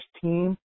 team